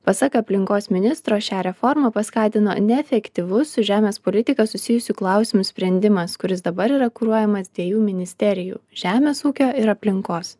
pasak aplinkos ministro šią reformą paskatino neefektyvus su žemės politika susijusių klausimų sprendimas kuris dabar yra kuruojamas dviejų ministerijų žemės ūkio ir aplinkos